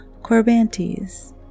Corbantes